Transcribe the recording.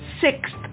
sixth